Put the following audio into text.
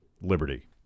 Liberty